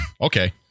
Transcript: Okay